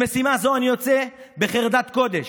למשימה זו אני יוצא בחרדת קודש,